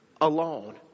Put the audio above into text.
alone